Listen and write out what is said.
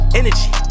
energy